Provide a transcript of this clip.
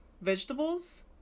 vegetables